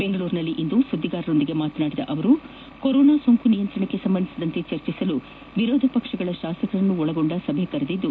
ಬೆಂಗಳೂರಿನಲ್ಲಿಂದು ಸುದ್ದಿಗಾರರೊಂದಿಗೆ ಮಾತನಾಡಿದ ಅವರು ಕೊರೊನಾ ಸೋಂಕು ನಿಯಂತ್ರಣಕ್ಕೆ ಸಂಬಂಧಿಸಿದಂತೆ ಚರ್ಚಿಸಲು ವಿರೋಧ ಪಕ್ಷಗಳ ಶಾಸಕರನ್ನು ಒಳಗೊಂಡ ಸಭೆ ಕೆರದಿದ್ದು